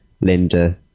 Linda